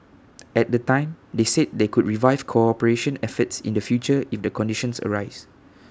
at the time they said they could revive cooperation efforts in the future if the conditions arise